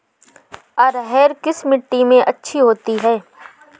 अरहर किस मिट्टी में अच्छी होती है?